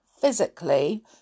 physically